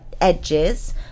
edges